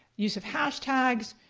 use of hash tags,